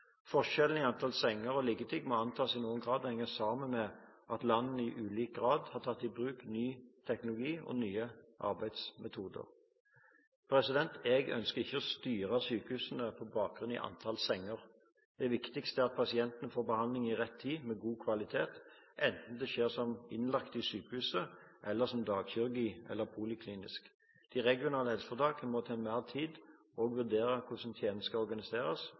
i kommunene. Forskjellen i antall senger og liggetid må antas i noen grad å henge sammen med at landene i ulik grad har tatt i bruk ny teknologi og nye arbeidsmetoder. Jeg ønsker ikke å styre sykehusene med bakgrunn i antall senger. Det viktigste er at pasientene får behandling i rett tid med god kvalitet, enten det skjer som innlagt på sykehuset eller som dagkirurgi eller poliklinisk. De regionale helseforetakene må til enhver tid også vurdere hvordan tjenesten skal organiseres,